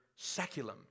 seculum